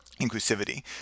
inclusivity